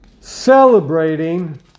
celebrating